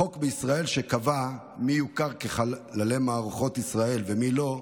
החוק בישראל שקבע מי יוכר חלל מערכות ישראל ומי לא,